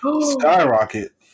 skyrocket